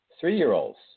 three-year-olds